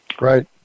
Right